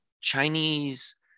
Chinese